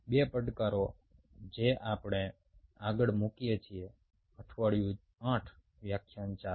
2 પડકારો છે જે આપણે આગળ મૂકીએ છીએ અઠવાડિયું 8 વ્યાખ્યાન 4